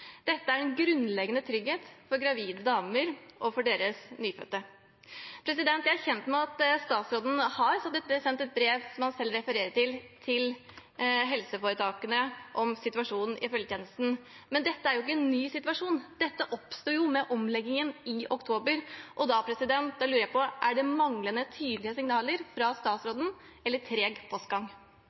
Dette er en grunnleggende trygghet for gravide damer og for deres nyfødte. Jeg er kjent med at statsråden har sendt et brev, som han selv refererer til, til helseforetakene om situasjonen i følgetjenesten. Men dette er jo ikke en ny situasjon. Dette oppsto med omleggingen i oktober. Da lurer jeg på: Er det manglende tydelige signaler fra statsråden, eller er det treg postgang?